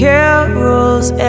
Carols